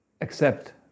accept